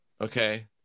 okay